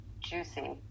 juicy